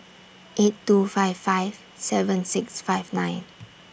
eight two five five seven six five nine